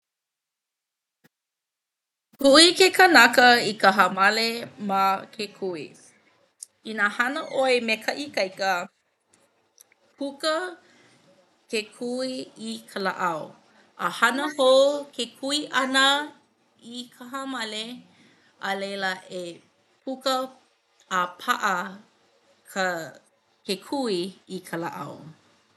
Kuʻi ke kanaka i ka hāmale ma ke kui. Inā hana ʻoe me ka ikaika puka ke kui i ka lāʻau a hana hou ke kuʻi ʻana i ka hāmale a laila e puka a paʻa ka ke kui i ka lāʻau.